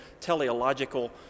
teleological